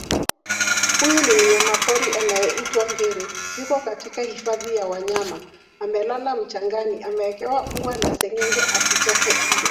Huyu ni mnyamapori anayeitwa ngiri. Yuko katika hifadhi ya wanyama. Amelala mchangani. Amewekewa ua la seng'enge asitoke nje.